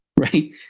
right